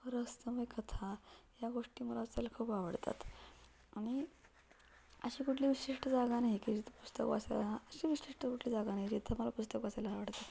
रहस्यमय कथा या गोष्टी मला वाचायला खूप आवडतात आणि अशी कुठली विशिष्ट जागा नाही की जिथं पुस्तक वाचायला अशी विशिष्ट कुठेली जागा नाही जिथं मला पुस्तक वाचायला आवडतात